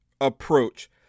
approach